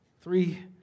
three